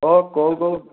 ହଁ କେଉଁ କେଉଁ